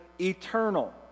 eternal